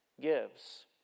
Gives